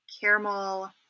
caramel